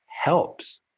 helps